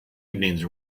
evenings